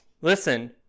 Listen